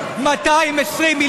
תן לו לסיים.